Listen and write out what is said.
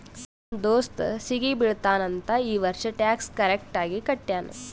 ನಮ್ ದೋಸ್ತ ಸಿಗಿ ಬೀಳ್ತಾನ್ ಅಂತ್ ಈ ವರ್ಷ ಟ್ಯಾಕ್ಸ್ ಕರೆಕ್ಟ್ ಆಗಿ ಕಟ್ಯಾನ್